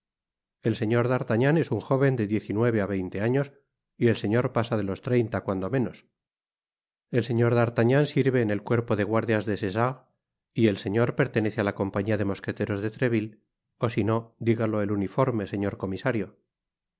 el señor d'artagnan es un joven de diez y nueve á veinte años y el señor pasa de los treinta cuando menos el señor d'artagnan sirve en el cuerpo de guardias de des essarts y el señor pertenece á la compañía de mosqueteros de trevüle ó sino digalo el uniforme señor comisario